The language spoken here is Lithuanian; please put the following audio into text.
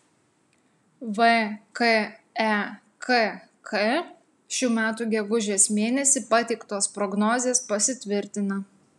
vkekk šių metų gegužės mėnesį pateiktos prognozės pasitvirtina